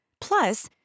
Plus